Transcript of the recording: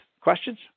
questions